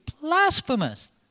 Blasphemous